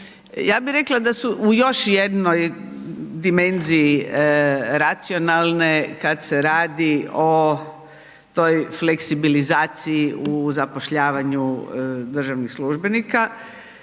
Ja bi rekla da su u još jednoj dimenziji racionalne kad se radi o toj fleksibilizciji u zapošljavanju državnih službenika,